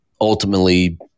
ultimately